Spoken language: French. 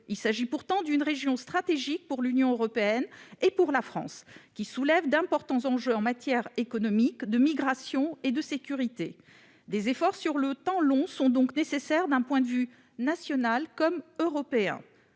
Il s'agit pourtant d'une région stratégique pour l'Union européenne et pour la France, une région qui présente d'importants enjeux en matière d'économie, de migrations et de sécurité. Des efforts de long terme sont donc nécessaires, d'un point de vue national comme européen.